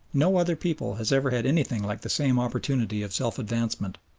no other people has ever had anything like the same opportunity of self-advancement,